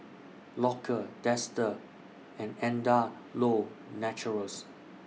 Loacker Dester and Andalou Naturals